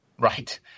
Right